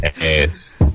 ass